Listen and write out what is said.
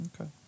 Okay